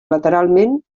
lateralment